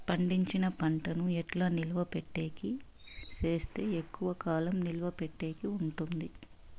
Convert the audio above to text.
పండించిన పంట ను ఎట్లా నిలువ పెట్టేకి సేస్తే ఎక్కువగా కాలం నిలువ పెట్టేకి ఉంటుంది?